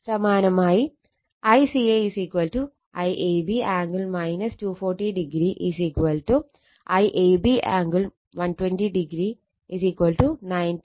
സമാനമായി ICA IAB angle 240o IAB angle 120o 19